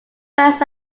first